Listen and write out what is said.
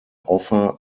offer